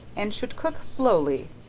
and should cook slowly,